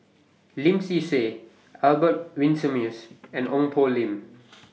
Lim Swee Say Albert Winsemius and Ong Poh Lim